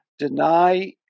deny